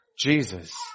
Jesus